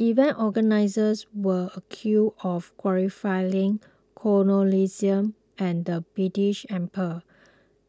event organisers were accused of glorifying colonialism and the British Empire